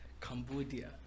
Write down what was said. cambodia